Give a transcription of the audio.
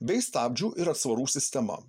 bei stabdžių ir atsvarų sistema